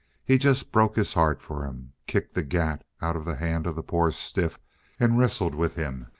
he just broke his heart for him. kicked the gat out of the hand of the poor stiff and wrestled with him.